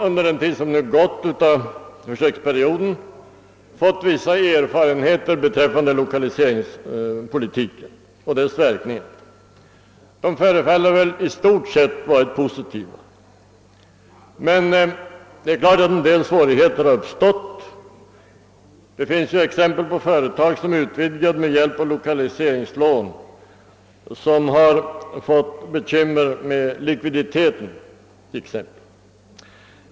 Under den tid som nu förflutit av försöksperioden har man fått vissa erfarenheter beträffande lokaliseringspolitiken och dess verkningar. Dessa förefaller att i stort sett ha varit positiva, men det är klart att en del svårigheter uppstått. Det finns exempel på företag som gjort utvidgningar med hjälp av lokaliseringslån men som fått bekymmer exempelvis med likviditeten.